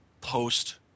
post